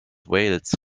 wales